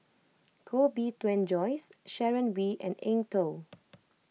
Koh Bee Tuan Joyce Sharon Wee and Eng Tow